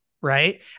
right